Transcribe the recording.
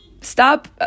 stop